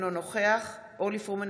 אינו נוכח אורלי פרומן,